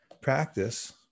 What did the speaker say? practice